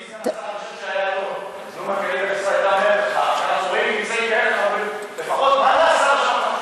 אני חושב שהיה טוב לו מנכ"לית המשרד הייתה אומרת לך לפחות מה נעשה שם.